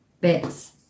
bits